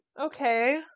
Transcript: Okay